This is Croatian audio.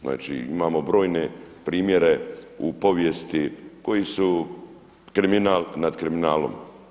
Znači imamo brojne primjere u povijesti koji su kriminal nad kriminalom.